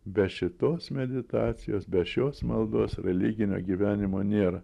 be šitos meditacijos be šios maldos religinio gyvenimo nėra